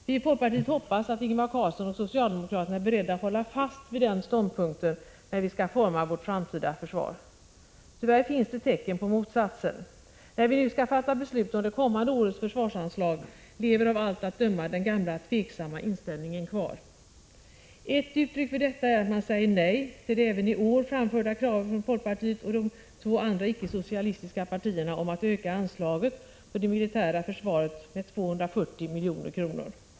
Vi i folkpartiet hoppas att Ingvar Carlsson och socialdemokraterna är beredda att hålla fast vid den ståndpunkten när vi skall forma vårt framtida försvar. Tyvärr finns det tecken på motsatsen. När vi nu skall fatta beslut om det kommande årets försvarsanslag lever av allt att döma den gamla tveksamma inställningen kvar. Ett uttryck för detta är att man säger nej till det även i år framförda kravet från folkpartiet och de två andra icke-socialistiska partierna om ökning av anslaget för det militära försvaret med 240 milj.kr.